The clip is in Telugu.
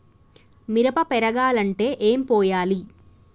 మిరప పెరగాలంటే ఏం పోయాలి?